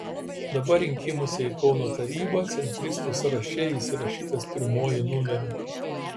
dabar rinkimuose į kauno tarybą centristų sąraše jis įrašytas pirmuoju numeriu